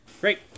Great